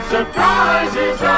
Surprises